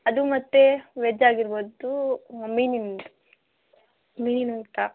ಅದು ಮತ್ತೆ ವೆಜ್ ಆಗಿರ್ಬವ್ದು ಮೀನಿನದು ಮೀನೂಟ